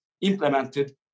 implemented